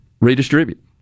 redistribute